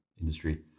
industry